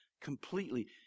completely